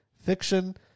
fiction